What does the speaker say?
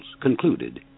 Concluded